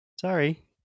sorry